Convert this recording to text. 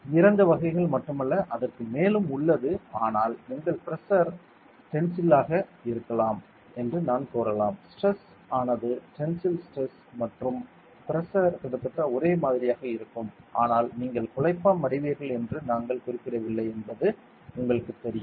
இரண்டு வகைகள் மட்டுமல்ல அதற்கு மேலும் உள்ளது ஆனால் உங்கள் பிரஷர் டென்சில் ஆக இருக்கலாம் என்று நான் கூறலாம் ஸ்டிரஸ் ஆனது டென்சில் ஸ்டிரஸ் மற்றும் பிரஷர் கிட்டத்தட்ட ஒரே மாதிரியாக இருக்கும் ஆனால் நீங்கள் குழப்பமடைவீர்கள் என்று நாங்கள் குறிப்பிடவில்லை என்பது உங்களுக்குத் தெரியும்